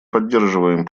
поддерживаем